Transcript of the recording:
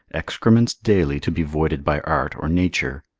excrements daily to be voided by art or nature.